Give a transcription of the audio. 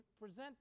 present